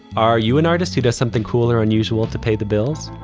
are you an artist who does something cool or unusual to pay the bills.